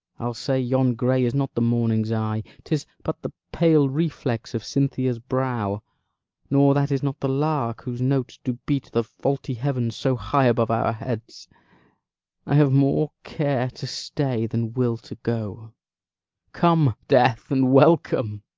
i'll say yon gray is not the morning's eye, tis but the pale reflex of cynthia's brow nor that is not the lark whose notes do beat the vaulty heaven so high above our heads i have more care to stay than will to go come, death, and welcome!